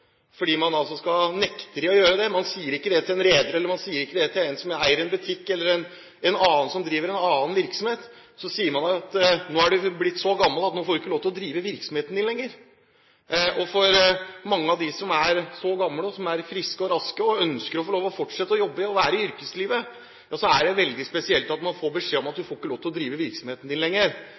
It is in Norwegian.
fordi man altså nekter dem å gjøre det. Man sier ikke til en reder eller til en som eier en butikk eller annen virksomhet, at nå har du blitt så gammel at du får ikke lov til å drive virksomheten din lenger. For mange av dem som er så gamle, og som er friske og raske og ønsker å få lov til å fortsette å jobbe og være i yrkeslivet, er det veldig spesielt at man får beskjed om at du får ikke lov til å drive virksomheten din lenger.